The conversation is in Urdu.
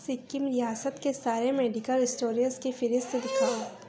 سکم ریاست کے سارے میڈیکل اسٹورز کی فہرست دکھاؤ